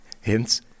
Hints